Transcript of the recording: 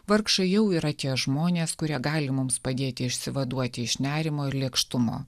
vargšai jau yra tie žmonės kurie gali mums padėti išsivaduoti iš nerimo ir lėkštumo